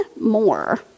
more